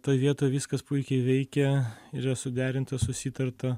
ta vieta viskas puikiai veikia yra suderinta susitarta